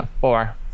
four